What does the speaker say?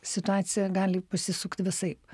situacija gali pasisukti visaip